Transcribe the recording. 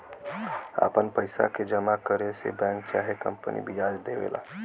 आपन पइसा के जमा करे से बैंक चाहे कंपनी बियाज देवेला